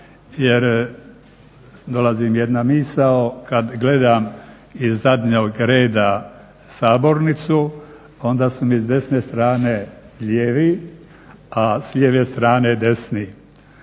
jer dolazi mi jedna misao, kad gledam iz zadnjeg reda sabornicu onda su mi s desne strane lijevi, a s lijeve strane desni.